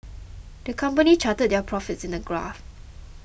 the company charted their profits in a graph